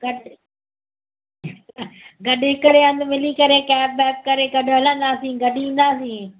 घटि गॾी करे हिकु हंधि मिली करे कैब वैब करे गॾु हलंदासीं गॾु ईंदासीं